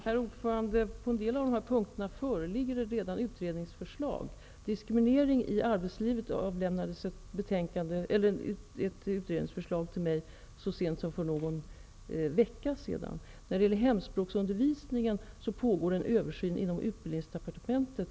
Herr talman! På en del av dessa punkter föreligger redan utredningsförslag. Beträffande diskriminering i arbetslivet har det avlämnats ett utredningsförslag till mig så sent som för någon vecka sedan. I fråga om förändringar i hemspråksundervisningen pågår en översyn inom utbildningsdepartementet.